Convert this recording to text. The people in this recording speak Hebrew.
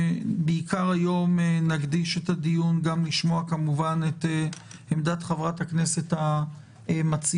היום נקדיש את הדיון גם לשמוע כמובן את עמדת חברת הכנסת המציעה.